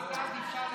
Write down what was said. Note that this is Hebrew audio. אז עד אז אפשר לטנף?